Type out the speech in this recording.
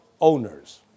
owners